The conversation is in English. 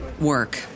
work